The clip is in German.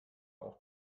auch